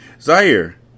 Zaire